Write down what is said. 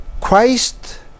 Christ